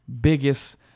biggest